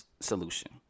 solution